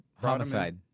Homicide